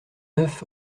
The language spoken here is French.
neuf